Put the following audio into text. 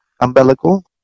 umbilical